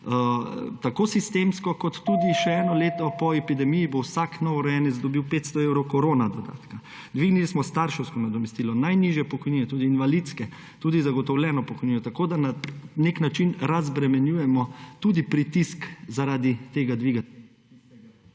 tako sistemsko kot tudi še eno leto po epidemiji bo vsak novorojenec dobil 500 evrov koronadodatka. Dvignili smo starševsko nadomestilo, najnižje pokojnine, tudi invalidske, tudi zagotovljeno pokojnino, tako da na nek način razbremenjujemo tudi pritisk zaradi tega dviga,